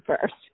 first